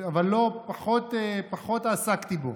אבל פחות עסקתי בו.